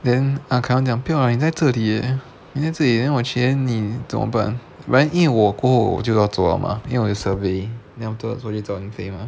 then ah kai wen 讲不要啦你在这里 eh 你在这里 then 我去 then 你怎么办 but then 因为我过后我就要走了吗因为我有 survey 然后过后我去找 yin fei